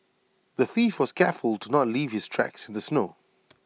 the thief was careful to not leave his tracks in the snow